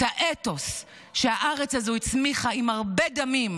את האתוס שהארץ הזו הצמיחה עם הרבה דמים,